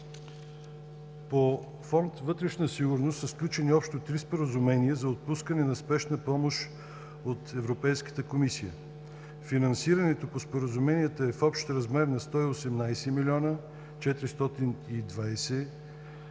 По фонд „Вътрешна сигурност“ са сключени общо три споразумения за отпускане на спешна помощ от Европейската комисия. Финансирането по споразуменията е в общ размер на 118 млн. 420 хил.